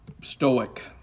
Stoic